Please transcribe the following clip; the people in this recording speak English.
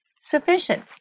sufficient